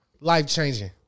Life-changing